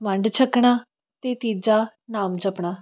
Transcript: ਵੰਡ ਛਕਣਾ ਅਤੇ ਤੀਜਾ ਨਾਮ ਜਪਣਾ